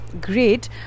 great